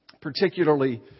particularly